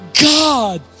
God